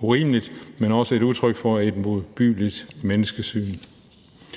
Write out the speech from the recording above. urimeligt, men også et udtryk for et modbydeligt menneskesyn.